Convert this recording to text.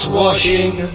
washing